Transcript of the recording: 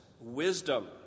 wisdom